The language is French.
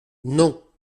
non